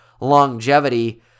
longevity